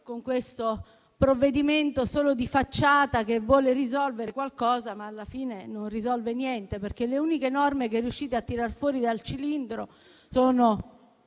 con questo provvedimento solo di facciata, per risolvere qualcosa, ma alla fine non risolve niente. Le uniche norme che riuscite a tirar fuori dal cilindro sono